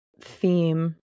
theme